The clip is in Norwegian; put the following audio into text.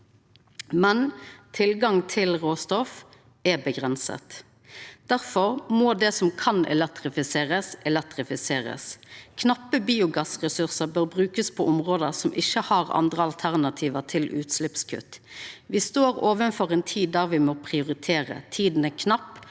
men tilgangen til råstoff er avgrensa. Difor må det som kan elektrifiserast, elektrifiserast. Knappe biogassressursar bør brukast på område som ikkje har andre alternativ til utsleppskutt. Me står overfor ei tid då me må prioritera. Tida er knapp,